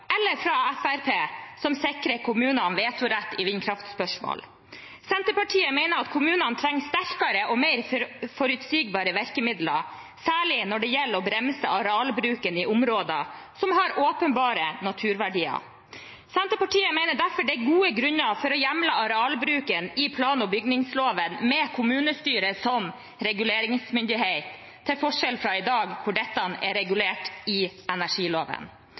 eller fra Fremskrittspartiet som sikrer kommunene vetorett i vindkraftspørsmål. Senterpartiet mener at kommunene trenger sterkere og mer forutsigbare virkemidler, særlig når det gjelder å bremse arealbruken i områder som har åpenbare naturverdier. Senterpartiet mener derfor det er gode grunner til å hjemle arealbruken i plan- og bygningsloven med kommunestyret som reguleringsmyndighet, til forskjell fra i dag, hvor dette er regulert i energiloven.